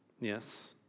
Yes